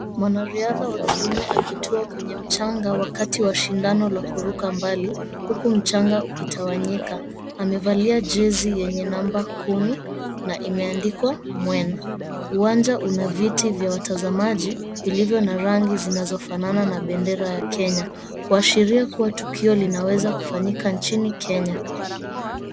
Mwanariadha wa kiume ajitoe kwenye mchana wakati wa shindano la kurauka mbali huku mchanga ukitawanyika. Amevalia jezi yenye namba kumi na imeandikwa, Mwena. Uwanja una viti vya watazamaji vilivyo na rangi vinavyo fanana na bendera ya Kenya, kuashiria kuwa tukio linaweza kufanyika nchini Kenya.